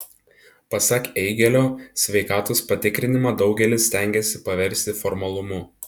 pasak eigėlio sveikatos patikrinimą daugelis stengiasi paversti formalumu